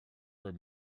are